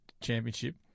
championship